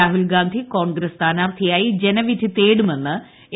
രാഹുൽഗാന്ധി കോൺഗ്രസ് സ്ഥാനാർത്ഥിയായി ജനവിധി തേടുമെന്ന് എ